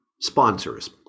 sponsors